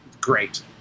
great